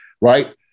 right